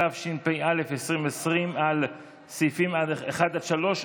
התשפ"א 2020, על סעיפים 1 3,